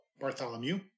Bartholomew